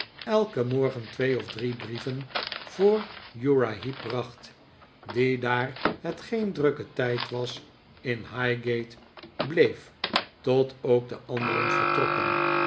elken morgen twee of drie brieven voor uriah heep bracht die daar het geen drukke tijd was in highgate bleef tot ook de anderen vertrokken